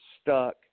stuck